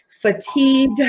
fatigue